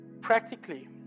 practically